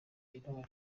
intore